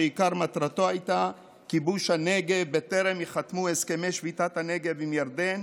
שעיקר מטרתו הייתה כיבוש הנגב בטרם ייחתמו הסכמי שביתת הנשק עם ירדן,